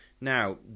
Now